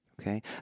okay